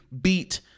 beat